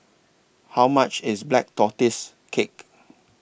How much IS Black Tortoise Cake